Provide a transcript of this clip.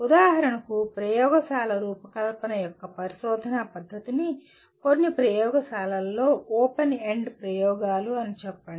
ఉదాహరణకు ప్రయోగశాల రూపకల్పన యొక్క పరిశోధనా పద్ధతిని కొన్ని ప్రయోగశాలలలో ఓపెన్ ఎండ్ ప్రయోగాలు అని చెప్పండి